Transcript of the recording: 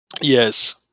Yes